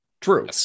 true